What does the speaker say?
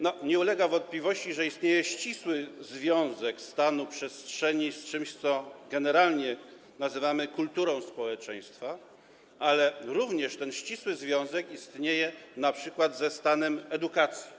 Nie ulega wątpliwości, że istnieje ścisły związek stanu przestrzeni z czymś, co generalnie nazywamy kulturą społeczeństwa, ale istnieje też ścisły związek np. ze stanem edukacji.